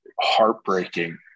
heartbreaking